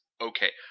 okay